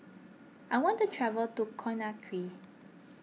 I want to travel to Conakry